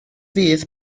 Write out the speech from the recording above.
fydd